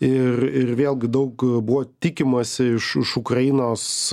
ir ir vėlgi daug buvo tikimasi iš iš ukrainos